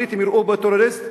הבריטים יראו בו טרוריסט,